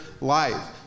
life